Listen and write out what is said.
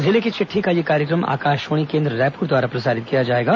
जिले की चिट्ठी का यह कार्यक्रम आकाशवाणी केंद्र रायपुर द्वारा प्रसारित किया जाएगा